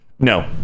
No